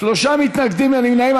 שלושה מתנגדים ואין נמנעים.